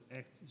echt